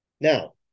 Now